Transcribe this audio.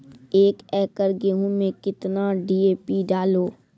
एक एकरऽ गेहूँ मैं कितना डी.ए.पी डालो?